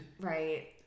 Right